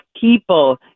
people